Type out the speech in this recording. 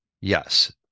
Yes